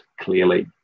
clearly